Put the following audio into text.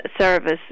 service